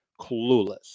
clueless